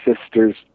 sister's